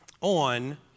on